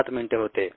7 मिनिटे होते